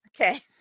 Okay